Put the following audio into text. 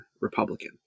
Republican